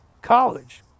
college